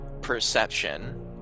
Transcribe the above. perception